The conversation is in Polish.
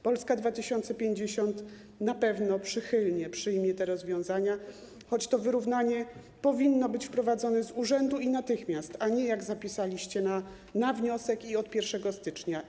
Polska 2050 na pewno przychylnie przyjmie te rozwiązania, choć to wyrównanie powinno być wprowadzone z urzędu i natychmiast, a nie jak zapisaliście, na wniosek i od 1 stycznia.